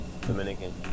Dominican